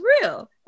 real